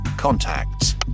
Contacts